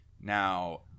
Now